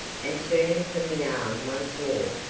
and turning from the arm once more,